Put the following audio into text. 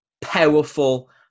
powerful